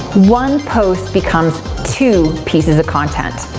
one post becomes two pieces of content.